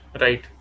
right